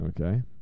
Okay